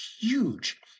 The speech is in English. huge